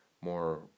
more